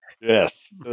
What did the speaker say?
Yes